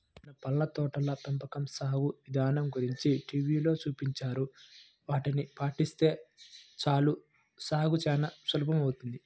నిన్న పళ్ళ తోటల పెంపకం సాగు ఇదానల గురించి టీవీలో చూపించారు, ఆటిని పాటిస్తే చాలు సాగు చానా సులభమౌతది